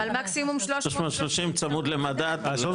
330 צמוד למדד בשנת תרפפו, כן.